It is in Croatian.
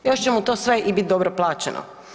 Još će mu to sve i bit dobro plaćeno.